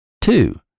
Two